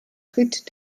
tritt